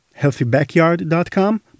HealthyBackyard.com